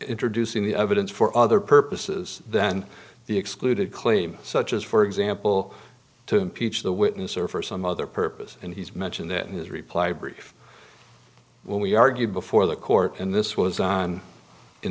introducing the evidence for other purposes than the excluded claim such as for example to impeach the witness or for some other purpose and he's mentioned that in his reply brief when we argued before the court in this was on in